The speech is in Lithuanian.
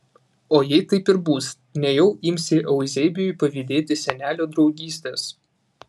o jei taip ir bus nejau imsi euzebijui pavydėti senelio draugystės